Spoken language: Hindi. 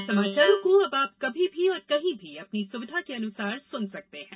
हमारे समाचारों को अब आप कभी भी और कहीं भी अपनी सुविधा के अनुसार सुन सकते हैं